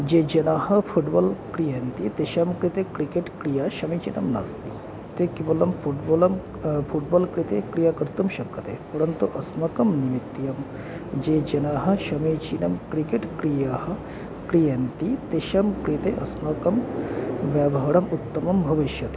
ये जनाः फ़ुट्बाल् क्रीडन्ति तेषां कृते क्रिकेट् क्रीडा समीचीनं नास्ति ते केवलं फ़ुट्बालं फ़ुट्बाल् कृते क्रीडा कर्तुं शक्यते परन्तु अस्माकं निमित्तं ये जनाः समीचीनं क्रिकेट् क्रीडा क्रीडन्ति तेषां कृते अस्माकं व्यवहारम् उत्तमं भविष्यति